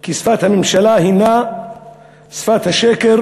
כי שפת הממשלה הנה שפת השקר